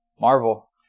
Marvel